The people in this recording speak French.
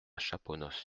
chaponost